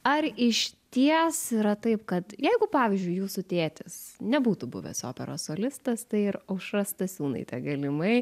ar išties yra taip kad jeigu pavyzdžiui jūsų tėtis nebūtų buvęs operos solistas tai ir aušra stasiūnaitė galimai